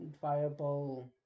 viable